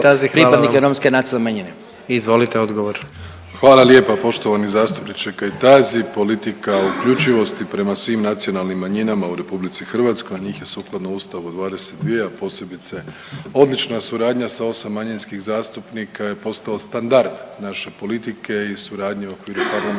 Hvala lijepa poštovani zastupniče Kajtazi politika uključivosti prema svim nacionalnim manjinama u Republici Hrvatskoj a njih je sukladno Ustavu 22, a posebice odlična suradnja sa 8 manjinskih zastupnika je postao standard naše politike i suradnje u okviru parlamentarne